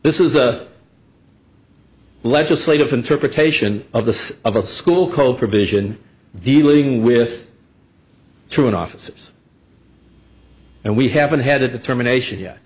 this is a legislative interpretation of the of a school called provision dealing with truant officers and we haven't had a determination yet